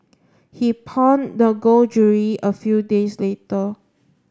he pawned the gold jewellery a few days later